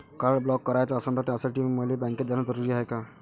Card block कराच असनं त त्यासाठी मले बँकेत जानं जरुरी हाय का?